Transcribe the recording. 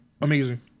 amazing